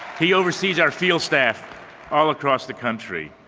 he oversees our field staff all across the country.